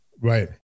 Right